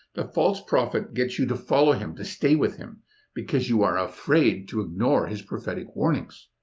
the false prophet gets you to follow him to stay with him because you are afraid to ignore his prophetic warnings.